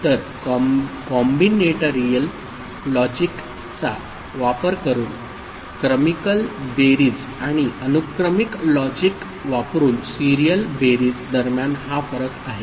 तर कॉम्बिनेटरियल लॉजिकचा वापर करून क्रमिकल बेरीज आणि अनुक्रमिक लॉजिक वापरुन सिरियल बेरीज दरम्यान हा फरक आहे